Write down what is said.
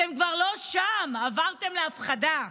אתם כבר לא שם, עברתם להפחדה,